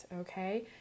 Okay